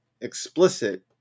explicit